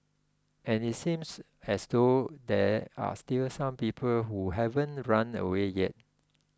and it seems as though there are still some people who haven't run away yet